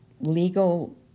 legal